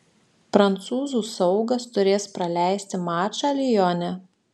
prancūzų saugas turės praleisti mačą lione